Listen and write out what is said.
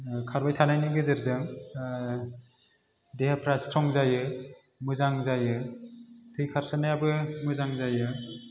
खारबाय थानायनि गेजेरजों देहाफ्रा स्थ्रं जायो मोजां जायो थै खारसारनायाबो मोजां जायो